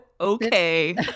Okay